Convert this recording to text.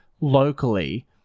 locally